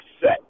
set